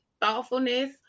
thoughtfulness